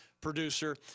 producer